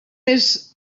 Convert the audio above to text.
més